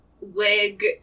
wig